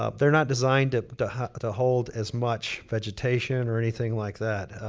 ah they're not designed ah to to hold as much vegetation or anything like that.